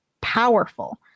powerful